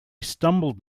stumbled